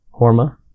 Horma